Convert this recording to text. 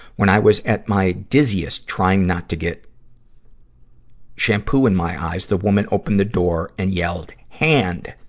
when i was at my dizziest trying not to get shampoo in my eyes, the woman opened the door and yelled, hand!